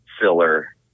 filler